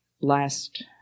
last